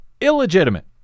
illegitimate